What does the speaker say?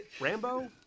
Rambo